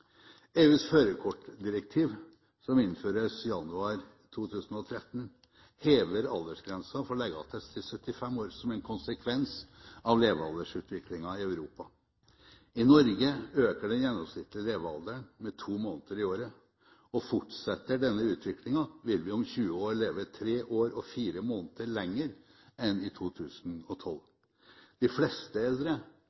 EUs førerkortdirektiv, som innføres i januar 2013, hever aldersgrensen for legeattest til 75 år som en konsekvens av levealdersutviklingen i Europa. I Norge øker den gjennomsnittlige levealderen med to måneder i året. Fortsetter denne utviklingen, vil vi om 20 år leve tre år og fire måneder lenger enn i 2012.